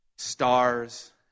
Stars